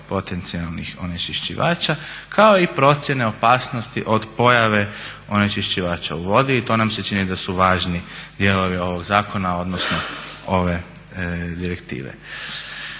potencijalnih onečišćivača kao i procjene opasnosti od pojave onečišćivača u vodi. To nam se čini da su važni dijelovi ovog zakona odnosno ove direktive.